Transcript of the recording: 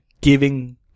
giving